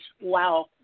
Wow